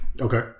Okay